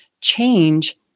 change